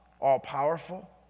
all-powerful